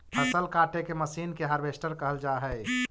फसल काटे के मशीन के हार्वेस्टर कहल जा हई